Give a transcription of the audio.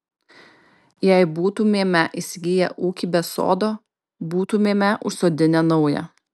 jei būtumėme įsigiję ūkį be sodo būtumėme užsodinę naują